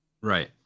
right